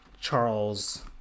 Charles